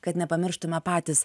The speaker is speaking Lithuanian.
kad nepamirštume patys